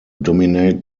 dominate